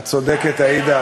את צודקת, עאידה.